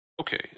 Okay